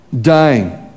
dying